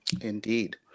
Indeed